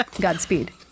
Godspeed